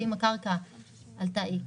ואם הקרקע עלתה X